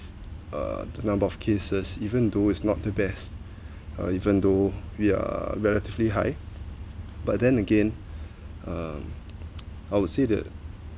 uh the number of cases even though is not the best uh even though we are relatively high but then again um I would say that